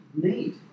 need